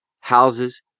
houses